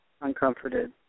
Uncomforted